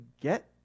get